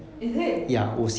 is it